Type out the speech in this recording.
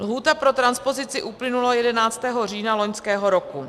Lhůta pro transpozici uplynula 11. října loňského roku.